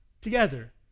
together